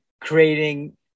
creating